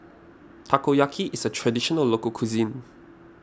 Takoyaki is a Traditional Local Cuisine